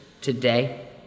today